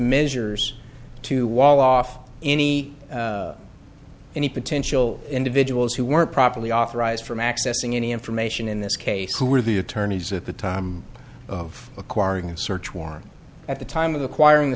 measures to wall off any any potential individuals who weren't properly authorized from accessing any information in this case who were the attorneys at the time of acquiring a search warrant at the time of the choir in the